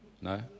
No